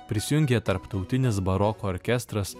prisijungė tarptautinis baroko orkestras